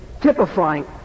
typifying